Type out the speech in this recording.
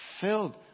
filled